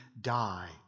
die